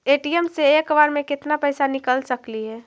ATM से एक बार मे केत्ना पैसा निकल सकली हे?